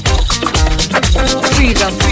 Freedom